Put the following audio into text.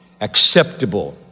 acceptable